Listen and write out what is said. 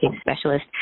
specialist